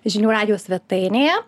žinių radijo svetainėje